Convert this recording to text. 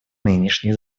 нынешний